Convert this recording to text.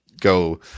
go